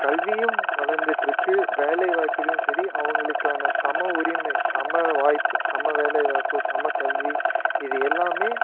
கல்வியும் வளந்துகிட்ருக்கு வேலை வாய்ப்புலேயும் சரி அவங்களுக்கான சம உரிமை சம வாய்ப்பு சம வேலை வாய்ப்பு சம கல்வி இது எல்லாமே